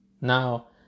Now